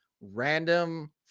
random